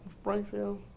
Springfield